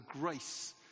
grace